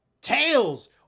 Tails